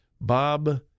Bob